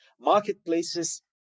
Marketplaces